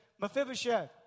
Mephibosheth